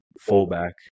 fullback